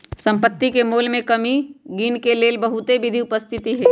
सम्पति के मोल में कमी के गिनेके लेल बहुते विधि उपस्थित हई